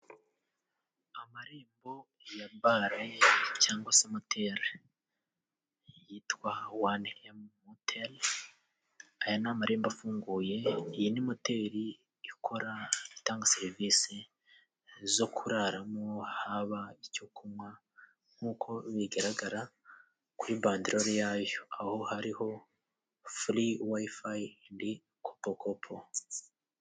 Amarembo ya bare cyangwa se moteri yitwa wani EMU moteli , aya ni amarembo afunguye iyi ni moteri ikora itanga serivisi zo kuraramo haba icyo kunywa nkuko bigaragara kuri banderori yayo aho hariho furi wayifayi endi kopokopo.